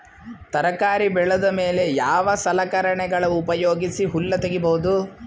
ತರಕಾರಿ ಬೆಳದ ಮೇಲೆ ಯಾವ ಸಲಕರಣೆಗಳ ಉಪಯೋಗಿಸಿ ಹುಲ್ಲ ತಗಿಬಹುದು?